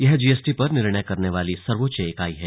यह जीएसटी पर निर्णय करने वाली सर्वोच्च इकाई है